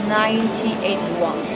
1981